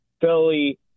Philly